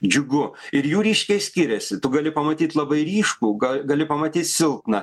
džiugu ir jų ryškiai skiriasi tu gali pamatyt labai ryškų ga gali pamatyt silpną